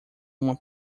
uma